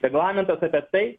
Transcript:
reglamentas apie tai